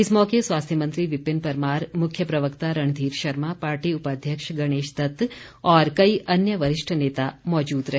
इस मौके स्वास्थ्य मंत्री विपिन परमार मुख्य प्रवक्ता रणधीर शर्मा पार्टी उपाध्यक्ष गणेश दत्त और कई अन्य वरिष्ठ नेता मौजूद रहे